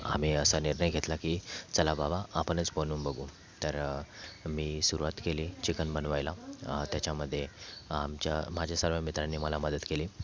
आम्ही असा निर्णय घेतला की चला बाबा आपणच बनवून बघू तर मी सुरवात केली चिकन बनवायला त्याच्यामध्ये आमच्या माझे सर्व मित्रांनी मला मदत केली